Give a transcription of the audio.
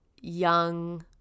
young